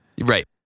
Right